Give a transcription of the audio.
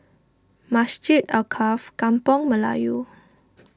Masjid Alkaff Kampung Melayu